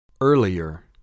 Earlier